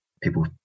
people